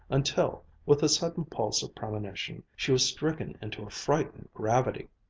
until, with a sudden pulse of premonition, she was stricken into a frightened gravity.